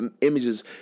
images